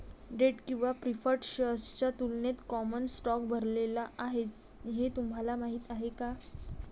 Date किंवा preferred शेअर्सच्या तुलनेत कॉमन स्टॉक भरलेला आहे हे तुम्हाला माहीत आहे का?